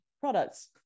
products